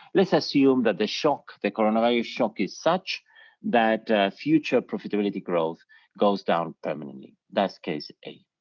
let's assume that the shock, the corona virus shock is such that future profitability growth goes down permanently, that's case a.